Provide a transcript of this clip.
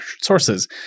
sources